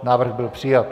Návrh byl přijat.